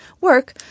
work